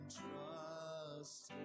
trust